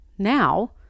Now